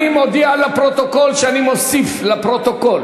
אני מודיע לפרוטוקול שאני מוסיף לפרוטוקול